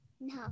No